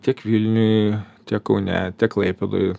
tiek vilniuj tiek kaune tiek klaipėdoj